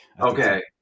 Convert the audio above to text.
Okay